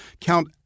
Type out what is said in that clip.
Count